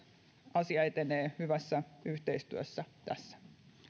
asia etenee hyvässä yhteistyössä tässä